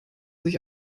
sich